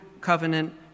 Covenant